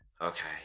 Okay